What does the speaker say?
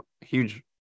huge